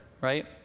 right